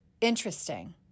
Interesting